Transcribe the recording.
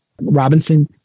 Robinson